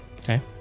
Okay